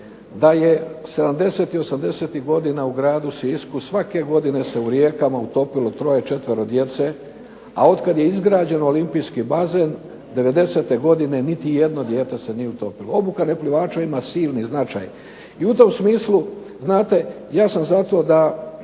da je 70-tih i 80-tih godina u gradu Sisku svake godine se u rijekama utopilo troje, četvero djece, a od kad je izgrađen olimpijski bazen devedesete godine niti jedno dijete se nije utopilo. Obuka neplivača ima silni značaj i u tom smislu znate ja sam za to da